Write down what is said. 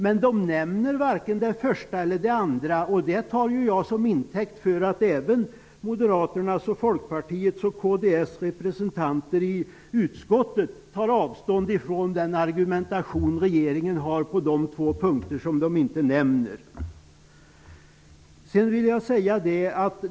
Men de nämner varken det första eller det andra, och det tar jag som intäkt för att även Moderaternas, Folkpartiets och kds representanter i utskottet tar avstånd ifrån den argumentation regeringen har på de två punkter som de inte nämner.